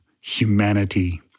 humanity